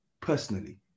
personally